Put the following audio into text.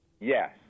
Yes